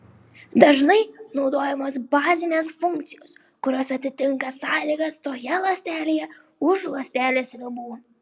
dažnai naudojamos bazinės funkcijos kurios atitinka sąlygas toje ląstelėje už ląstelės ribų